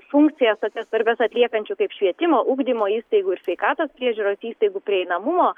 funkcijas tokias svarbias atliekančių kaip švietimo ugdymo įstaigų ir sveikatos priežiūros įstaigų prieinamumo